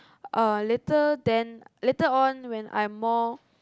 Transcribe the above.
uh later then later on when I'm more